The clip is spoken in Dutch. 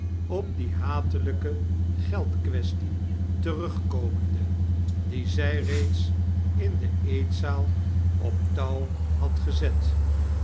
op die hatelijke geld-quaestie terugkomende die zjj reeds in de eetzaal op touw had gezet